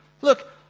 look